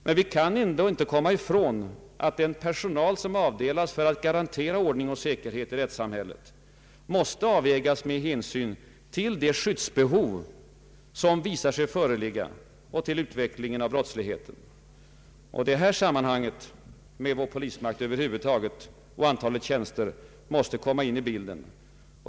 Men vi kan inte komma ifrån att den personal som avdelas för att garantera ordning och säkerhet i rättssamhället måste avvägas med hänsyn till det skyddsbehov som visat sig föreligga och till utvecklingen av brottsligheten. Det är i detta sammanhang som vår polismakt över huvud taget och antalet tjänster måste komma in i bilden.